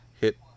Hit